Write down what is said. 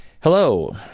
Hello